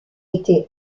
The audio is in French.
été